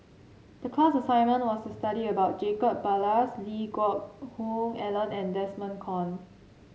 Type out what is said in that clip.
the class assignment was to study about Jacob Ballas Lee Geck Hoon Ellen and Desmond Kon